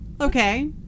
Okay